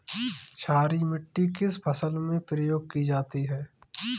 क्षारीय मिट्टी किस फसल में प्रयोग की जाती है?